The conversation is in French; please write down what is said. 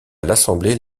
l’assemblée